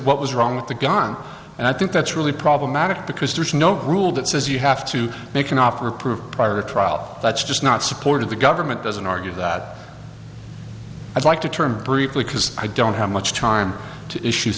what was wrong with the gun and i think that's really problematic because there's no rule that as you have to make an offer prove prior to trial that's just not support of the government doesn't argue that i'd like to turn briefly because i don't have much time to issue